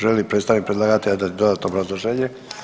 Želi li predstavnik predlagatelja dati dodatno obrazloženje?